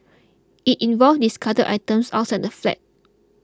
it involved discarded items outside the flat